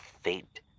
fate